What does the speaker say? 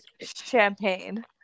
champagne